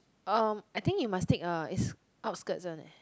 um I think you must take uh is outskirts one leh